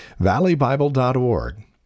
valleybible.org